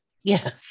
Yes